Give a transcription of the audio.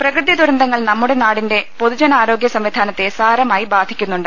പ്രകൃതി ദുര ന്തങ്ങൾ നമ്മുടെ നാടിന്റെ പൊതുജനാരോഗ്യ സംവിധാനത്തെ സാരമായി ബാധിക്കുന്നുണ്ട്